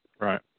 Right